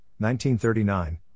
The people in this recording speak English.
1939